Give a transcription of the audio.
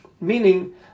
Meaning